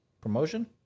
promotion